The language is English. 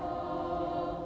oh